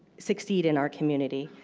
succeed in our community.